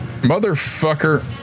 Motherfucker